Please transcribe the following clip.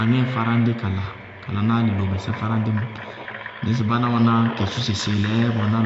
aŋɛɛ fáráñdí kala, mɔsɩ kala ná álɩ lomɛsɛ mɔ. Ŋdzɩñ sɩ báná wɛná kesúse sɩɩlɛɛ ba wɛná